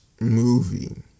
movie